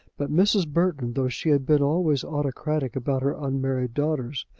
but mrs. burton, though she had been always autocratic about her unmarried daughters,